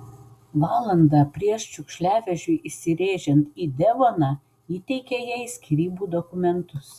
valandą prieš šiukšliavežiui įsirėžiant į devoną įteikė jai skyrybų dokumentus